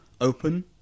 open